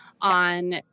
on